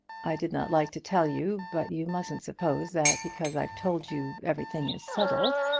i did not like to tell you, but you mustn't suppose that because i've told you, everything is settled.